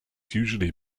usually